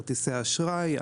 כרטיסי אשראי,